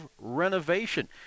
renovation